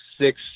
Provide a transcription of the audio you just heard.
six